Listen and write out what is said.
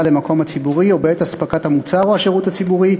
למקום הציבורי או בעת אספקת המוצר או השירות הציבורי.